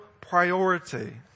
priority